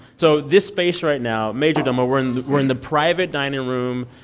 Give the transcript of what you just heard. so this space right now, majordomo we're and we're in the private dining room.